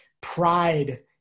pride